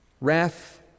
Wrath